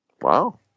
Wow